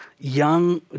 young